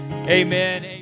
Amen